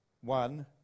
one